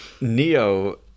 neo